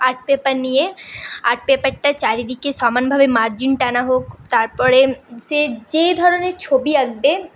art paper নিয়ে art পেপারটা চারিদিকে সমানভাবে মার্জিন টানা হোক তারপরে সে যে ধরণের ছবি আঁকবে